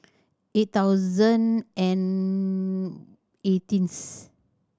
eight thousand and eighteenth